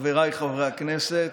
הכנסת